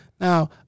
Now